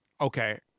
okay